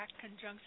conjunction